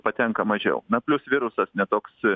patenka mažiau na plius virusas ne toks